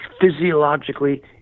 physiologically